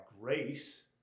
grace